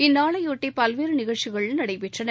இந்நாளையொட்டிபல்வேறுநிகழ்ச்சிகள் நடைபெற்றன